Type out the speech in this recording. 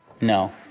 No